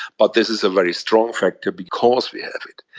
but this is a very strong factor because we have it.